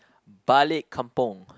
balik kampung